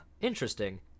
interesting